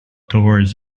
towards